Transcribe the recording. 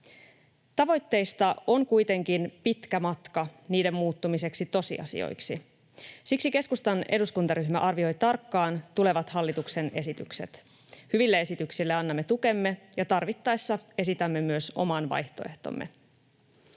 Tavoitteista on kuitenkin pitkä matka niiden muuttumiseksi tosiasioiksi. Siksi keskustan eduskuntaryhmä arvioi tarkkaan tulevat hallituksen esitykset. Hyville esityksille annamme tukemme ja tarvittaessa esitämme myös oman vaihtoehtomme.